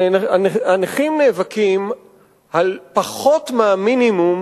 הנכים נאבקים על פחות מהמינימום